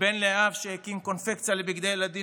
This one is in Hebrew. כבן לאב שהקים קונפקציה לבגדי ילדים